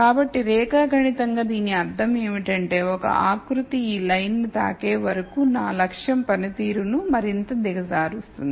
కాబట్టి రేఖాగణితంగా దీని అర్థం ఏమిటంటే ఒక ఆకృతి ఈ లైన్ ను తాకే వరకు నా లక్ష్యం పనితీరును మరింత దిగజారుస్తుంది